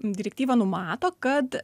direktyva numato kad